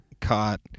caught